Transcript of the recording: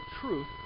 truth